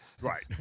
Right